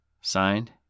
Signed